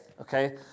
Okay